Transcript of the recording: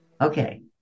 Okay